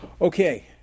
Okay